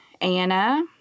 Anna